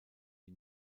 die